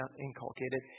inculcated